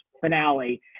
finale